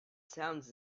sounds